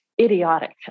idiotic